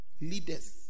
leaders